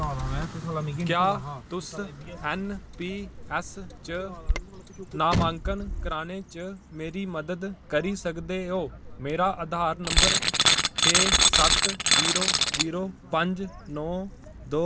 क्या तुस N P S च नामांकन कराने च मेरी मदद करी सकदे ओ मेरा आधार नंबर छे सत्त जीरो जीरो पंज नौ दो